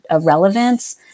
relevance